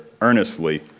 earnestly